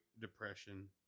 Depression